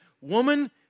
woman